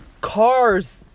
cars